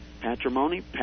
Patrimony